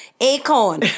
Acorn